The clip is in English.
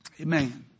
Amen